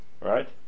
right